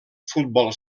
futbol